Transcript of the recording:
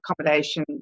accommodation